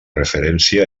referència